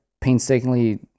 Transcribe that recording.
painstakingly